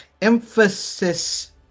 emphasis